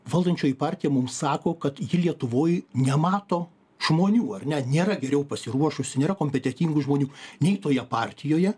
valdančioji partija mums sako kad ji lietuvoj nemato žmonių ar ne nėra geriau pasiruošusių nėra kompetentingų žmonių nei toje partijoje